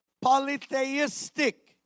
polytheistic